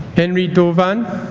henri do van